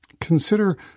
Consider